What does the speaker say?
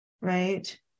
right